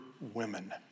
women